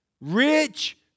Rich